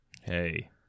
Hey